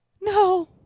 No